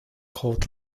called